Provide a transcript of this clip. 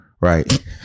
Right